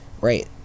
right